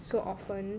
so often